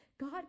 God